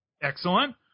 Excellent